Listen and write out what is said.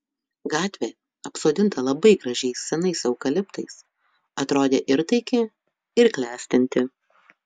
gatvė apsodinta labai gražiais senais eukaliptais atrodė ir taiki ir klestinti